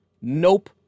Nope